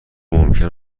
ممکن